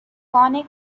ionic